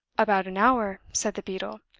about an hour, said the beadle.